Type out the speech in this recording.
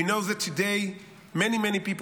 We know that today many many people